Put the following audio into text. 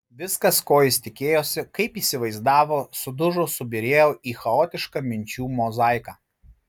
viskas ko jis tikėjosi kaip įsivaizdavo sudužo subyrėjo į chaotišką minčių mozaiką